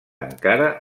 encara